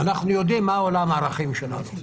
אנחנו יודעים מה עולם הערכים שלנו,